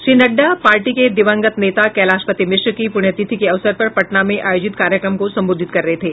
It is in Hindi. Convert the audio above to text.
श्री नड्डा पार्टी के दिवंगत नेता कैलाशपति मिश्र की पुण्यतिथि के अवसर पर पटना में आयोजित कार्यक्रम को संबोधित कर रहे थे